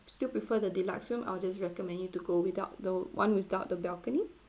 still prefer the deluxe room I'll just recommend you to go without the one without the balcony